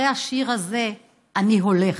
אחרי השיר הזה אני הולך.